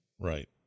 Right